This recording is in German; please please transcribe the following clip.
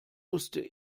musste